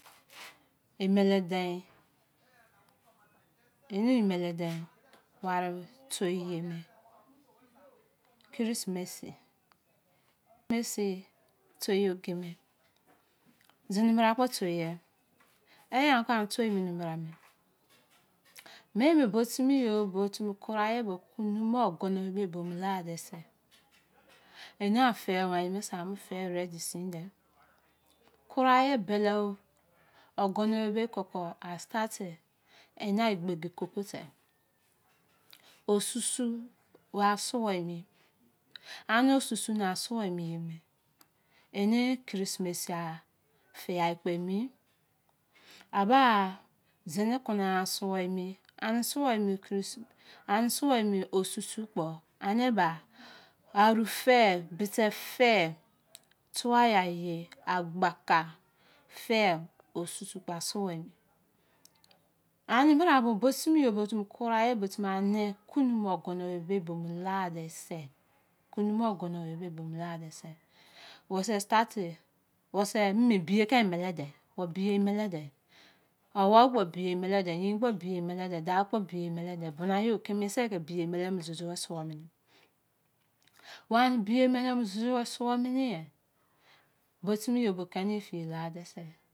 emele dein oni emele dein ware toi ye me krisimisi toi to oge me, zene bra kon tor ya e! Ekan toi mene bra me me, me bo timi yo kurai me kunu mu me agono wei bome lade se, ena fe me sebo ee amu fe ready sine kurai bolon agano-owei bo ke a starte enai gbogi koko te. osusu wa sewei emi. ane osusu ne a suwei miye me, oni krisimisi fiya kpe emi. aba zene kona suwei emi ani suwei emi osusu kpo ane ba, aru. fe, bete fe tua yai ye, agbuka fe osusu kpa emu suwei emi. ani bra bo, bo timi too kirai bo timi ane kunu mo agono-owei bo me lade bo se, wo se starte mi me biye ke emele te. owo biye emele te, owou kpo biye anele te. awou kpo biye emelete, yein kpo, day kpo biye emelete bina yp keme se ke biye emele ko joujou suwor mene owini biye emele ko joujou a suwor mene me, bi timi yo bo kini e fiye lade sekpo